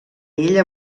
ella